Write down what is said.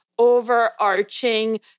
overarching